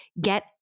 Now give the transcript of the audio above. get